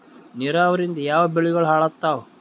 ನಿರಾವರಿಯಿಂದ ಯಾವ ಬೆಳೆಗಳು ಹಾಳಾತ್ತಾವ?